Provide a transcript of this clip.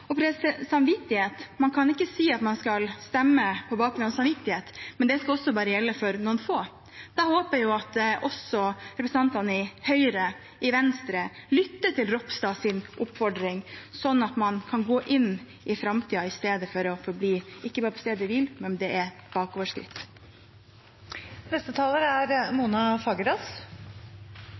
Og om samvittighet: Man kan ikke si at man skal stemme på bakgrunn av samvittighet, men at det bare skal gjelde for noen få. Jeg håper at også representantene i Høyre og Venstre lytter til Ropstads oppfordring, sånn at man kan gå inn i framtiden i stedet for å forbli ikke bare på stedet hvil, men